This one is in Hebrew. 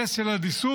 נס של אדישות?